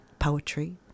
poetry